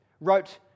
wrote